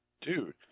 Dude